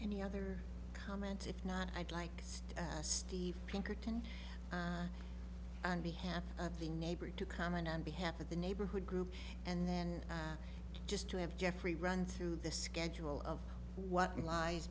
any other comment if not i'd like steve pinkerton i on behalf of the neighbor to comment on behalf of the neighborhood group and then just to have jeffrey run through the schedule of what lies